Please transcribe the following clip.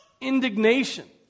Indignation